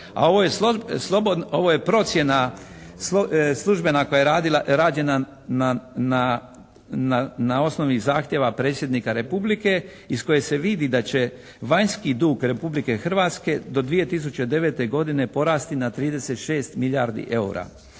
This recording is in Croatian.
a ovo je procjena službena koja je rađena na osnovi zahtjeva predsjednika Republike iz koje se vidi da će vanjski dug Republike Hrvatske do 2009. godine porasti na 36 milijardi eura.